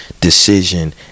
decision